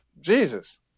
Jesus